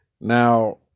Now